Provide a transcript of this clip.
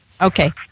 Okay